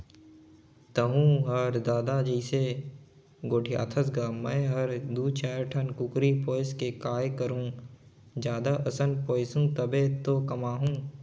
तहूँ हर ददा जइसे गोठियाथस गा मैं हर दू चायर ठन कुकरी पोयस के काय करहूँ जादा असन पोयसहूं तभे तो कमाहूं